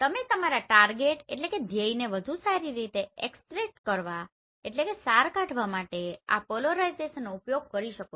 તમે તમારા ટારગેટTargetધ્યેયને વધુ સારી રીતે એક્સ્ત્રેક્ટExtractસાર કાઢવો કરવા માટે આ પોલરાઇઝેશનનો ઉપયોગ કરી શકો છો